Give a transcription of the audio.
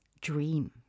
dream